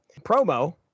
Promo